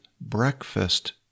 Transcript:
breakfast